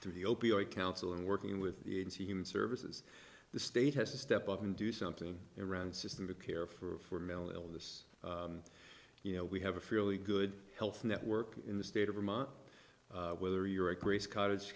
through the opioid counsel and working with the agency human services the state has to step up and do something around system to care for mental illness you know we have a fairly good health network in the state of vermont whether you're a grace cottage